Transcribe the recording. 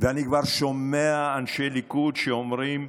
ואני כבר שומע אנשי ליכוד שאומרים: